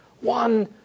One